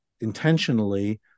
intentionally